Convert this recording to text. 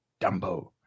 Dumbo